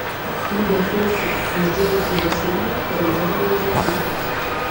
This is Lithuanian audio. į befiltrį išdžiūvusį baseiną prileido vėžiagyvių